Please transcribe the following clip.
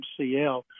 MCL